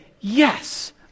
yes